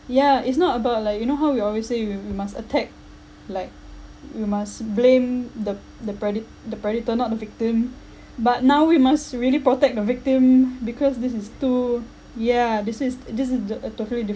ya it's not about like you know how we always say we we must attack like we must blame the the preda~ the predator not the victim but now we must really protect the victim because this is too yeah this is this is the a totally different